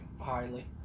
highly